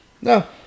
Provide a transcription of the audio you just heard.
No